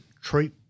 treat –